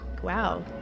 wow